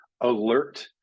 alert